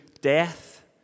death